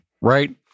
right